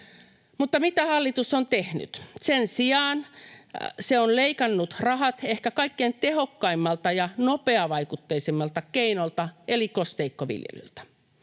Mutta mitä hallitus on tehnyt? Sen sijaan se on leikannut rahat ehkä kaikkein tehokkaimmalta ja nopeavaikutteisimmalta keinolta eli kosteikkoviljelyltä.